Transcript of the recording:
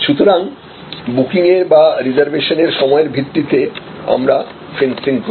সুতরাং বুকিংয়ের বা রিজার্ভেশন এর সময়ের ভিত্তিতে আমরা ফেন্সিং করি